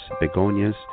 begonias